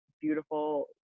beautiful